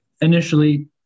initially